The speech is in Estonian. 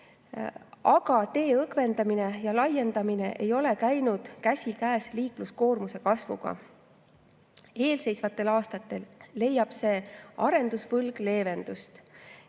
aga tee õgvendamine ja laiendamine ei ole käinud käsikäes liikluskoormuse kasvuga. Eelseisvatel aastatel leiab see arendusvõlg leevendust.